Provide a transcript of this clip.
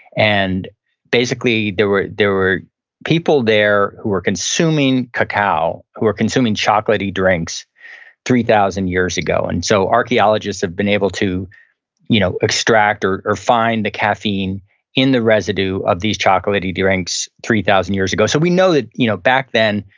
and basically, there were there were people there who were consuming cacao, who were consuming chocolatey drinks three thousand years ago. and so, archaeologists have been able to you know extract or or find the caffeine in the residue of these chocolatey drinks three thousand ago. so we know that you know back then,